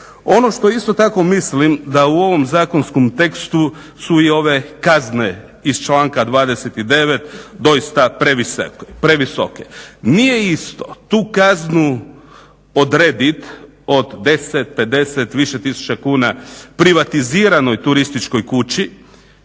Ono što isto tako mislim da u ovom zakonskom tekstu su i ove kazne iz članka 29 doista previsoke. Nije isto tu kaznu odredit od 10, 50 više tisuća kuna privatiziranoj turističkoj kući